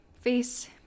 face